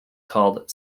called